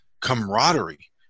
camaraderie